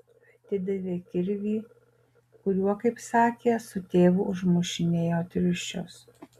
atidavė kirvį kuriuo kaip sakė su tėvu užmušinėjo triušius